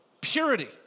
purity